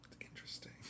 Interesting